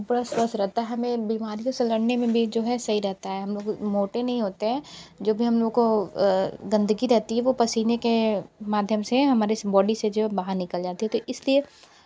बड़ा स्वस्थ रहता है हमें बीमारियों से लड़ने में भी जो है सही रहता है हम लोग मोटे नहीं होते हैं जो भी हम लोग को गंदगी रहती है वो पसीने के माध्यम से हमारी बॉडी से जो है बाहर निकल जाती है तो इसलिए